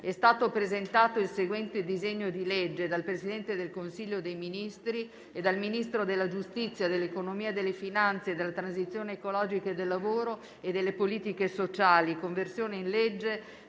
è stato presentato il seguente disegno di legge: *dal Presidente del Consiglio dei ministri e dal Ministro della giustizia, dell'economia e delle finanze, della transizione ecologica e del lavoro e delle politiche sociali:* «Conversione in legge